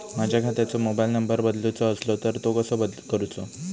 माझ्या खात्याचो mobile number बदलुचो असलो तर तो कसो करूचो?